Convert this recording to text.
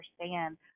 understand